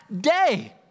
day